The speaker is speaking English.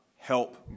Help